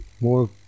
more